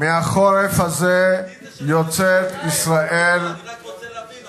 מהחורף הזה יוצאת ישראל, אני רק רוצה להבין.